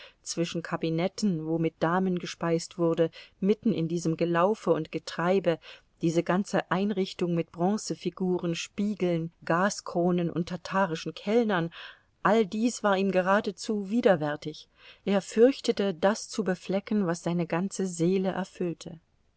zwischen kabinetten wo mit damen gespeist wurde mitten in diesem gelaufe und getreibe diese ganze einrichtung mit bronzefiguren spiegeln gaskronen und tatarischen kellnern all dies war ihm geradezu widerwärtig er fürchtete das zu beflecken was seine ganze seele erfüllte